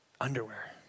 underwear